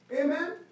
Amen